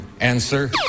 Answer